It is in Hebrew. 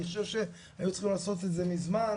אני חושב שהיו צריכים לעשות את זה מזמן,